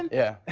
and yeah.